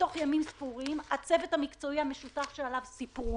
שבתוך ימים ספורים הצוות המקצועי שעליו סיפרו